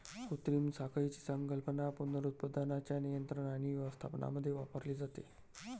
कृत्रिम साखळीची संकल्पना पुनरुत्पादनाच्या नियंत्रण आणि व्यवस्थापनामध्ये वापरली जाते